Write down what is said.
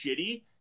shitty